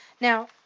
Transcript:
Now